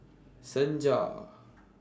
Senja